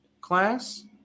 class